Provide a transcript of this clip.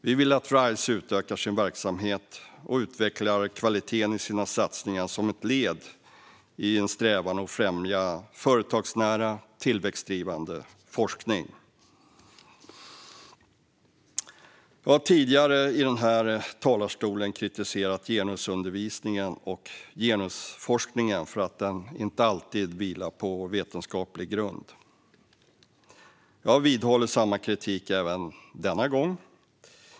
Vi vill att RISE utökar sin verksamhet och utvecklar kvaliteten i sina satsningar som ett led i en strävan att främja företagsnära tillväxtdrivande forskning. Jag har tidigare i den här talarstolen kritiserat genusundervisningen och genusforskningen för att den inte alltid vilar på vetenskaplig grund. Jag vidhåller samma kritik även denna gång.